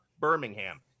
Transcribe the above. Birmingham